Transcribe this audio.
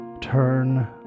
Turn